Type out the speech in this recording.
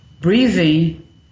breathing